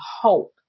hope